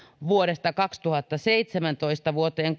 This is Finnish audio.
vuodesta kaksituhattaseitsemäntoista vuoteen